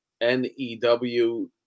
N-E-W